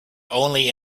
only